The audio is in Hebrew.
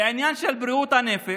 בעניין של בריאות הנפש,